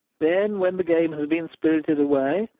then, when the game has been spirited away,